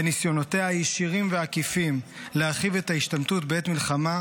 בניסיונותיה הישירים והעקיפים להרחיב את ההשתמטות בעת מלחמה,